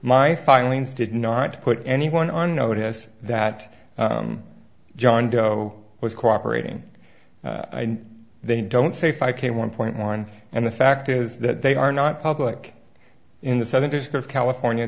my filings did not put anyone on notice that john doe was cooperating they don't say fi came one point one and the fact is that they are not public in the seventy's they're california